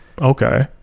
Okay